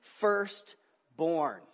firstborn